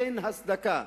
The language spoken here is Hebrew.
אין הצדקה,